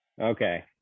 Okay